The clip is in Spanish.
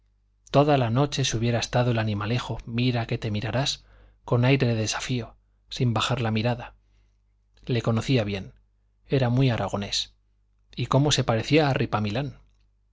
toda la noche se hubiera estado el animalejo mira que te mirarás con aire de desafío sin bajar la mirada le conocía bien era muy aragonés y cómo se parecía a